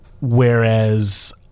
Whereas